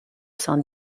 sans